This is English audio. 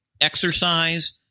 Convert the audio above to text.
exercise